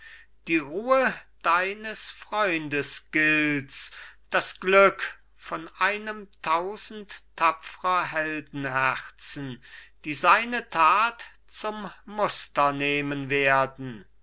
die ruhe deines freundes gilts das glück von einem tausend tapfrer heldenherzen die seine tat zum muster nehmen werden